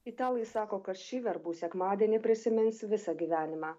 italai sako kad šį verbų sekmadienį prisimins visą gyvenimą